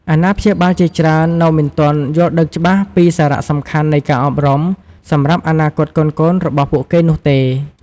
អាណាព្យាបាលជាច្រើននៅមិនទាន់យល់ដឹងច្បាស់ពីសារៈសំខាន់នៃការអប់រំ សម្រាប់អនាគតកូនៗរបស់ពួកគេនោះទេ។